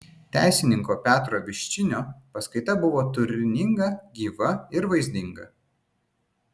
teisininko petro viščinio paskaita buvo turininga gyva ir vaizdinga